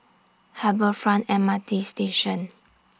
Harbour Front M R T Station